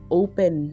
open